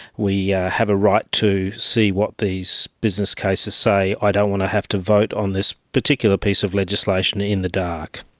we have a right to see what these business cases say. i don't want to have to vote on this particular piece of legislation in the dark.